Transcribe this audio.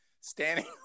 standing